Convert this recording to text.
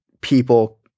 people